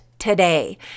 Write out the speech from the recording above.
today